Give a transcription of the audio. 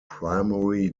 primary